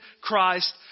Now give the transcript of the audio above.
Christ